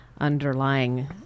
underlying